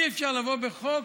אי-אפשר לבוא בחוק